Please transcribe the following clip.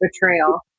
betrayal